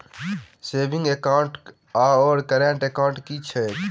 Saving account आओर current account की छैक?